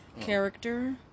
character